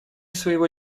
своего